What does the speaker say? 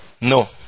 No